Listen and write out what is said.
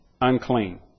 unclean